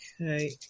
Okay